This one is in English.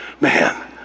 Man